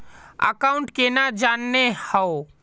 Account केना जाननेहव?